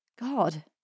God